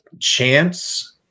chance